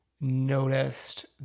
noticed